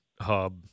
Hub